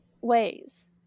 ways